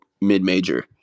mid-major